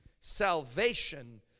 Salvation